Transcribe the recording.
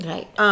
Right